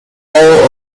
all